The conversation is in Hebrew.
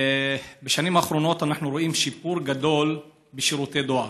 בשנים האחרונות אנחנו רואים שיפור גדול בשירותי הדואר,